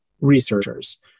researchers